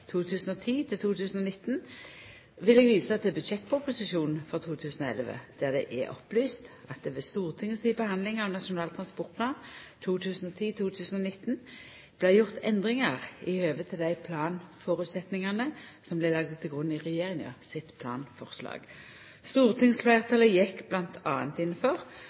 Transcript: vil eg visa til budsjettproposisjonen for 2011, der det er opplyst at det ved Stortinget si behandling av Nasjonal transportplan 2010–2019 vart gjort endringar i høve til dei planføresetnadene som vart lagde til grunn i regjeringa sitt planforslag. Stortingsfleirtalet gjekk bl.a. inn for